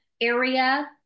area